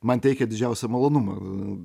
man teikia didžiausią malonumą